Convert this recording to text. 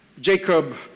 Jacob